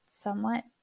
somewhat